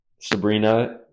Sabrina